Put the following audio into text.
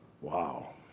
Wow